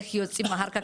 איך יוצאים אחר כך,